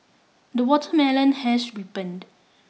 the watermelon has ripened